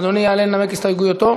אדוני יעלה לנמק את הסתייגותו.